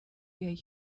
بیای